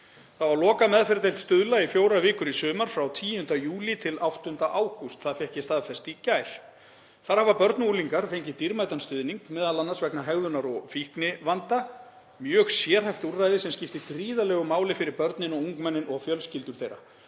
Það á að loka meðferðardeild Stuðla í fjórar vikur í sumar, frá 10. júlí til 8. ágúst. Það fékk ég staðfest í gær. Þar hafa börn og unglingar fengið dýrmætan stuðning, m.a. vegna hegðunar- og fíknivanda, mjög sérhæft úrræði sem skiptir gríðarlegu máli fyrir börnin og ungmennin og fjölskyldur þeirra,